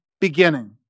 beginning